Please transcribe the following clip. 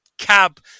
Cab